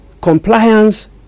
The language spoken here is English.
compliance